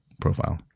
profile